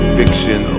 fiction